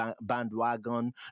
bandwagon